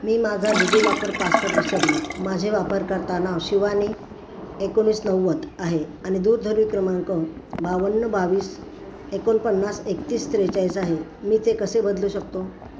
मी माझा DigiLocker password विसरलो माझे वापरकर्ता नाव शिवानी एकोणीस नव्वद आहे आणि दूरधवी क्रमांक बावन्न बावीस एकोणपन्नास एकतीस त्रेचाळीस आहे मी ते कसे बदलू शकतो